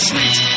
Sweet